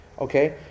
Okay